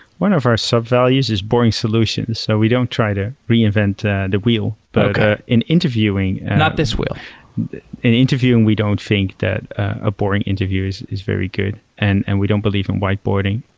one of our sub-values is boring solutions. so we don't try to reinvent the wheel, but in interviewing not this wheel in interviewing, we don't think that a boring interview is is very good, and and we don't believe in whiteboarding.